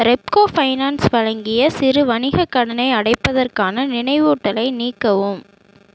Repco finance வழங்கிய சிறு வணிகக் கடனை அடைப்பதற்கான நினைவூட்டலை நீக்கவும்